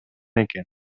экен